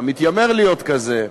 המתיימר להיות כזה,